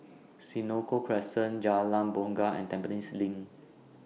Senoko Crescent Jalan Bungar and Tampines LINK